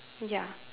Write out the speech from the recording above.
ya